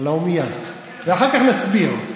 אחר כך נסביר.